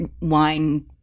wine